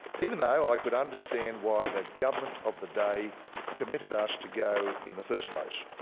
even though i could understand why the government of the day committed us to go in the first place.